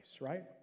right